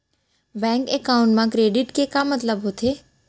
Bank account मा credit के का मतलब होथे?